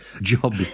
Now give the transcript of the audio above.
Job